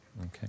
Okay